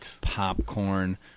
popcorn